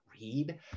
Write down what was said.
read